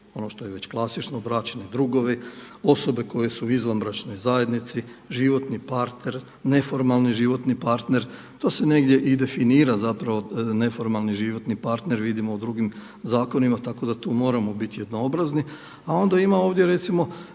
ono što je već klasično bračni drugovi, osobe koje su u izvanbračnoj zajednici, životni partner, neformalni životni partner to se negdje i definira zapravo neformalni životni partner vidimo u drugim zakonima. Tako da tu moramo biti jednoobrazni. A onda ima ovdje recimo,